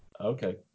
Okay